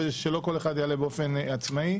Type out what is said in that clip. ושלא כל אחד יעלה באופן עצמאי.